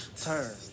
turn